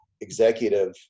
executive